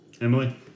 Emily